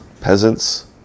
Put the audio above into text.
peasants